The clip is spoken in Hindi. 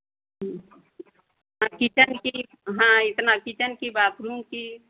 किचन की हाँ इतना किचन की बाथरूम की